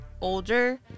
older